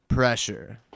Pressure